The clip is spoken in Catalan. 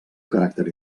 caràcter